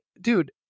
dude